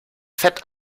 fett